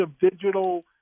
digital